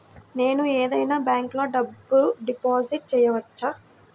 నేను ఏదైనా బ్యాంక్లో డబ్బు డిపాజిట్ చేయవచ్చా?